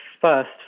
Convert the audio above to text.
first